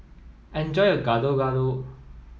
enjoy your Gado Gado